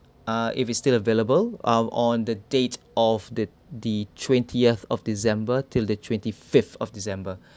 uh if is still available um on the date of the the twentieth of december till the twenty-fifth of december